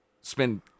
spend